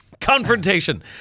Confrontation